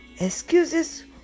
Excuses